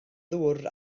ddŵr